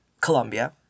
Colombia